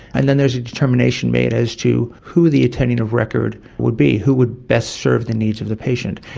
and then there is a determination made as to who the attending of record would be, who would best serve the needs of the patient.